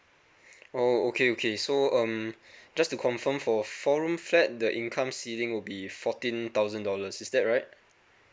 oh okay okay so um just to confirm for four room flat the income ceiling will be fourteen thousand dollars is that right